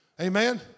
Amen